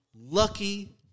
Lucky